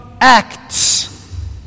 acts